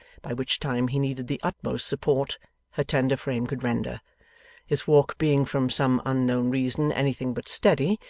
by which time he needed the utmost support her tender frame could render his walk being from some unknown reason anything but steady,